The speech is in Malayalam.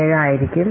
07 ആയിരിക്കും